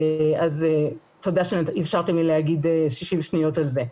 אז תודה שאפשרתם לי להגיד 60 שניות על זה.